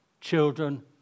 children